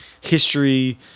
history